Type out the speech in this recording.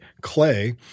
clay